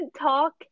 talk